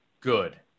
Good